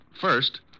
First